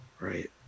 right